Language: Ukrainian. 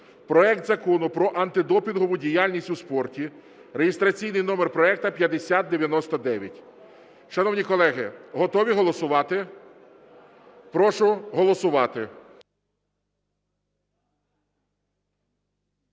проект Закону про антидопінгову діяльність у спорті (реєстраційний номер проекту 5099). Шановні колеги, готові голосувати? Прошу голосувати.